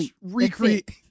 recreate